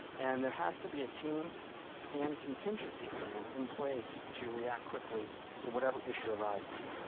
and there has to be a team and contingency plans in place to react quickly to whatever issue arises.